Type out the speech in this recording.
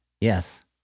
Yes